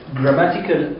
grammatical